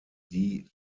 die